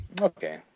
Okay